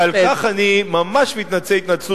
ועל כך אני ממש מתנצל התנצלות עמוקה.